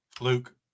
Luke